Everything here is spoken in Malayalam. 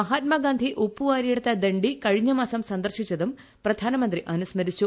മഹാത്മാഗാന്ധി ഉപ്പുവാരിയെടുത്ത ദണ്ഡി കഴിഞ്ഞ മാസം സന്ദർശിച്ചതും പ്രധാനമന്ത്രി അനുസ്മരിച്ചു